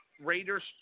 Raiders-